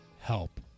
help